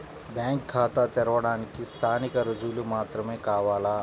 Bank ఖాతా తెరవడానికి స్థానిక రుజువులు మాత్రమే కావాలా?